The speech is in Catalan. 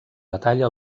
batalla